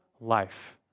life